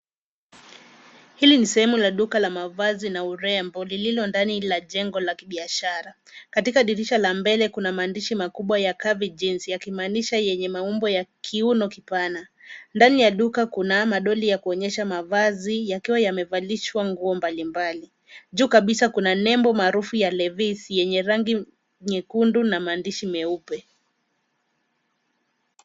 Hili ni sehemu la duka la mavazi na urembo lililo ndani la jengo la kibiashara. Katika dirisha la mbele kuna maandishi makubwa ya curvy jeans yakimaanisha yenye maumbo ya kiuno kipana. Ndani ya duka kuna madoli ya kuonyesha mavazi yakiwa yamevalishwa nguo mbalimbali. Juu kabisa kuna nembo maarufu ya Levis yenye rangi nyekundu na maandishi meupe.